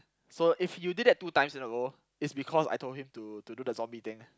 so if you did that two times in a row it's because I told him to do the zombie thing